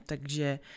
takže